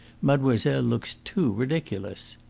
mademoiselle looks too ridiculous.